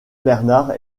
bernard